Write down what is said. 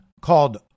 called